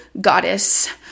goddess